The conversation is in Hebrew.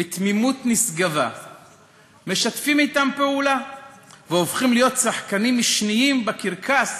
בתמימות נשגבה משתפים אתם פעולה והופכים להיות שחקנים משניים בקרקס